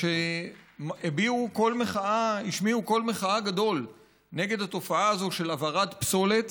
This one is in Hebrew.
שהשמיעו קול מחאה גדול נגד התופעה הזאת של הבערת פסולת